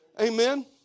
Amen